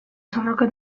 sarroca